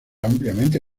ampliamente